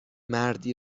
مردی